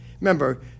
Remember